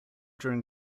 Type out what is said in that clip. during